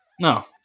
No